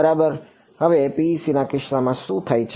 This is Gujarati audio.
બરાબર હવે પીઈસીના કિસ્સામાં શું થાય છે